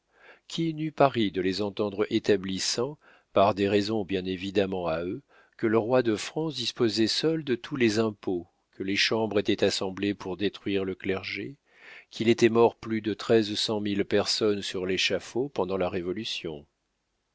qui n'eût pas ri de les entendre établissant par des raisons bien évidemment à eux que le roi de france disposait seul de tous les impôts que les chambres étaient assemblées pour détruire le clergé qu'il était mort plus de treize cent mille personnes sur l'échafaud pendant la révolution